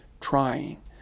trying